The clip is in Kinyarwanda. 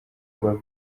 rwa